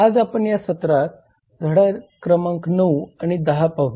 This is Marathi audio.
आज आपण या सत्रात धडा 9 आणि 10 पाहू